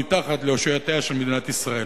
מתחת לאושיותיה של מדינת ישראל.